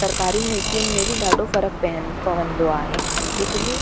सरकारी नीतियुनि में बि ॾाढो फ़र्क़ु पहन पवंदो आहे बिजली